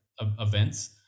events